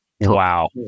Wow